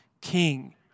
king